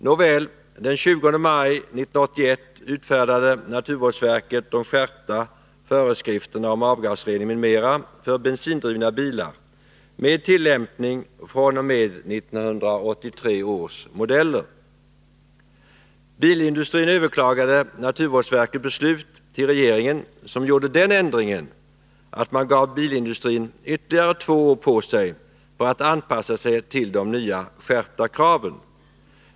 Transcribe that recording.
Nåväl — den 20 maj 1981 utfärdade naturvårdsverket de skärpta föreskrifterna om avgasrening m.m. för bensindrivna bilar med tillämpning fr.o.m. 1983 års modeller. Bilindustrin överklagade naturvårdsverkets beslut till regeringen, som gjorde den ändringen att man gav bilindustrin ytterligare två år för att kunna anpassa sig till de nya, skärpta kraven.